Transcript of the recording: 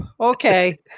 Okay